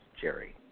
Jerry